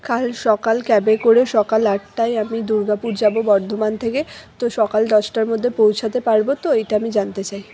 কাল সকাল ক্যাবে করে সকাল আটটায় আমি দুর্গাপুর যাবো বর্ধমান থেকে তো সকাল দশটার মধ্যে পৌঁছাতে পারবো তো এইটা আমি জানতে চাই